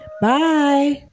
Bye